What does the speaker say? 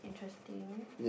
interesting